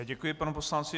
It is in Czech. Děkuji panu poslanci.